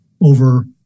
over